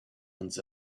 ones